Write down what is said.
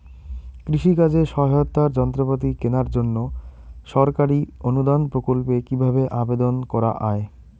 কৃষি কাজে সহায়তার যন্ত্রপাতি কেনার জন্য সরকারি অনুদান প্রকল্পে কীভাবে আবেদন করা য়ায়?